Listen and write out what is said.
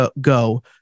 go